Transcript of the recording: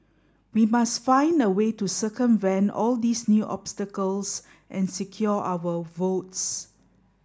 we must find a way to circumvent all these new obstacles and secure our votes